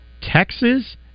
Texas